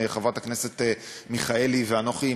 חברת הכנסת מיכאלי ואנוכי,